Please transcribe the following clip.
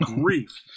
grief